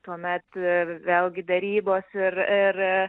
tuomet vėlgi derybos ir ir